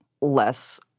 less